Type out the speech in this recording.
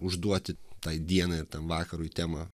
užduoti tai dienai ar tam vakarui temą